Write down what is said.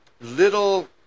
little